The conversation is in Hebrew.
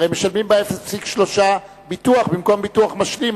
הרי משלמים ב-0.3% ביטוח במקום משלים.